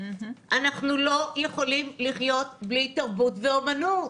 אנחנו לא יכולים לחיות בלי תרבות ואמנות,